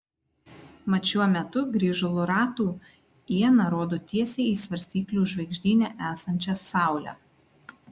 mat šiuo metu grįžulo ratų iena rodo tiesiai į svarstyklių žvaigždyne esančią saulę